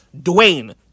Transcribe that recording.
Dwayne